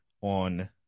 on –